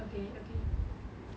okay okay